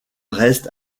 reste